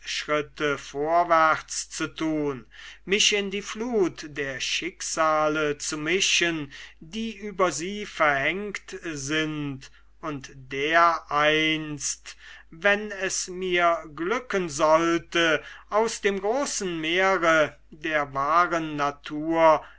fortschritte vorwärts zu tun mich in die flut der schicksale zu mischen die über sie verhängt sind und dereinst wenn es mir glücken sollte aus dem großen meere der wahren natur